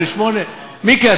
8.8%. מיקי,